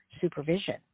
supervision